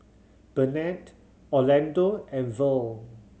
Bennett Orlando and Verl